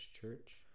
church